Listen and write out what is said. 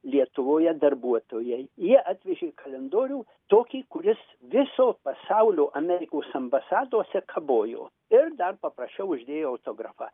lietuvoje darbuotojai jie atvežė kalendorių tokį kuris viso pasaulio amerikos ambasadose kabojo ir dar paprašiau uždėjo autografą